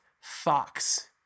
fox